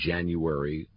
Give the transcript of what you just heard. January